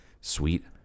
sweet